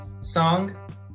song